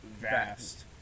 vast